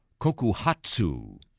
Kokuhatsu